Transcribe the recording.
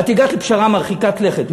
הגעת שם לפשרה מרחיקת לכת,